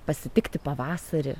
pasitikti pavasarį